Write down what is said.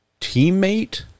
teammate